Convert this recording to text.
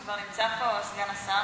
אם כבר נמצא פה סגן השר,